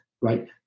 right